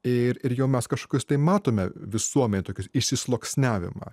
ir ir jau mes kažkokius tai matome visuomenėj tokius išsisluoksniavimą